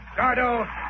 Gardo